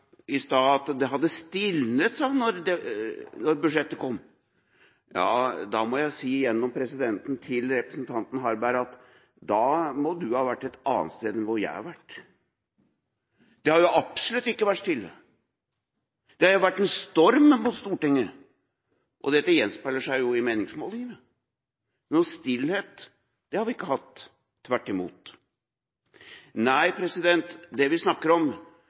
annet sted enn det jeg har vært. Det har jo absolutt ikke vært stille. Det har vært en storm mot Stortinget. Dette gjenspeiler seg jo i meningsmålingene. Noen stillhet har vi ikke hatt – tvert imot. Det vi snakker om,